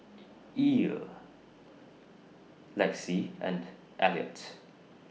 Ell Lexi and Eliot